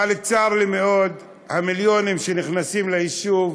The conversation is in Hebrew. אבל צר לי מאוד, המיליונים שנכנסים ליישוב